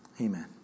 Amen